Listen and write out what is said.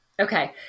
Okay